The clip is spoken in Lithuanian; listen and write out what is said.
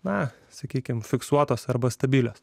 na sakykime fiksuotos arba stabilios